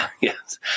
Yes